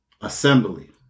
assembly